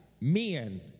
men